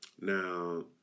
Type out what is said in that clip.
Now